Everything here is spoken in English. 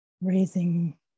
raising